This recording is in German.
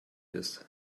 ist